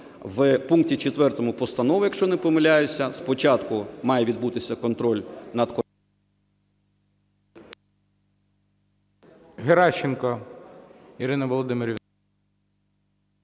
В пункті 4 постанови, якщо не помиляюся, спочатку має відбутися контроль над… ГОЛОВУЮЧИЙ.